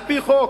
על-פי חוק,